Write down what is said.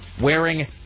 wearing